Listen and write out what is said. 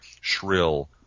shrill